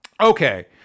okay